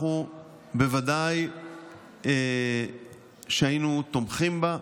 אנחנו בוודאי היינו תומכים בה.